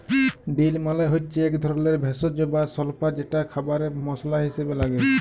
deal মালে হচ্যে এক ধরলের ভেষজ বা স্বল্পা যেটা খাবারে মসলা হিসেবে লাগে